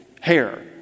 hair